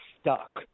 stuck